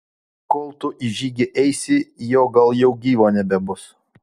kol tu į žygį eisi jo gal jau gyvo nebebus